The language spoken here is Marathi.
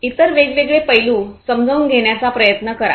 इतर वेगवेगळे पैलू समजून घेण्याचा प्रयत्न करा